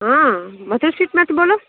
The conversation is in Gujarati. હા મધુ સ્વીટમાંથી બોલો